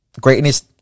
greatness